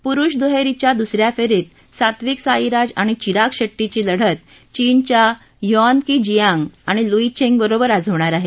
पुरुष दुहेरीच्या दुसऱ्या फेरीत सात्तिवक साईराज आणि विराग शेट्टी ची लढत चीनच्या ब्रुआंग की जिआंग आणि लुई चेंग बरोबर आज होणार आहे